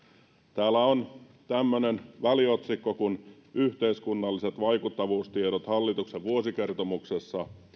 täällä on tämmöiset väliotsikot kuin yhteiskunnalliset vaikuttavuustiedot hallituksen vuosikertomuksessa